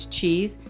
cheese